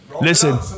Listen